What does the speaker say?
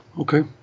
Okay